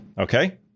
Okay